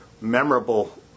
memorable